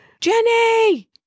Jenny